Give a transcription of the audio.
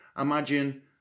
imagine